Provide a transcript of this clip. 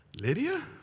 Lydia